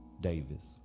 Davis